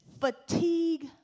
fatigue